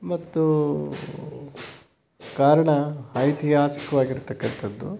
ಮತ್ತು ಕಾರಣ ಐತಿಹಾಸಿಕವಾಗಿರತಕ್ಕಂಥದ್ದು